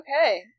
Okay